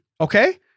Okay